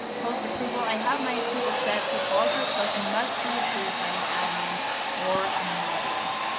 post approval. i have my approval set, so all group posts must be approved by an admin or a moderator,